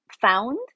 found